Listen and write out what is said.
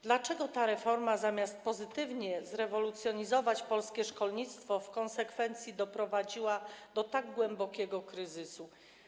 Dlaczego ta reforma, zamiast pozytywnie zrewolucjonizować polskie szkolnictwo, w konsekwencji doprowadziła do tak głębokiego kryzysu?